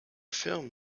film